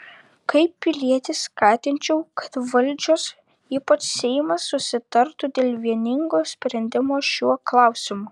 kaip pilietis skatinčiau kad valdžios ypač seimas susitartų dėl vieningo sprendimo šiuo klausimu